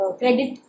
credit